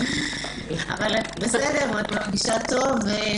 אני מרגישה טוב.